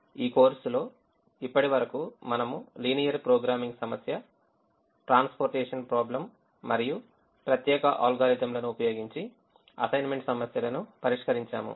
ఈ కోర్సులో ఇప్పటివరకు మనము లీనియర్ ప్రోగ్రామింగ్ సమస్య ట్రాన్స్పోర్టేషన్ ప్రాబ్లెమ్ మరియు ప్రత్యేక అల్గోరిథం లను ఉపయోగించి అసైన్మెంట్ సమస్యలను పరిష్కరించాము